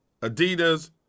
Adidas